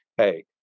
Hey